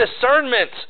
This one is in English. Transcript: discernment